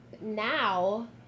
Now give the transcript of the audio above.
Now